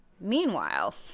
meanwhile